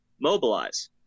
Mobilize